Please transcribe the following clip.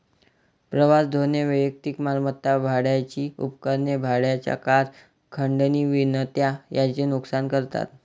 प्रवास धोरणे वैयक्तिक मालमत्ता, भाड्याची उपकरणे, भाड्याच्या कार, खंडणी विनंत्या यांचे नुकसान करतात